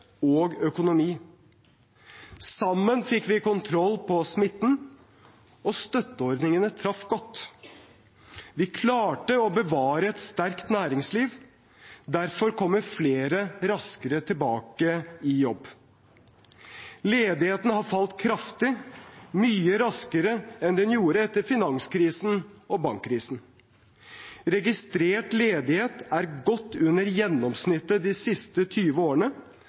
og økonomi. Sammen fikk vi kontroll på smitten, og støtteordningene traff godt. Vi klarte å bevare et sterkt næringsliv. Derfor kommer flere raskere tilbake i jobb. Ledigheten har falt kraftig, mye raskere enn den gjorde etter finanskrisen og bankkrisen. Registrert ledighet er godt under gjennomsnittet for de siste 20 årene,